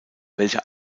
welcher